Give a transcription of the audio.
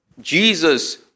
Jesus